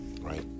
Right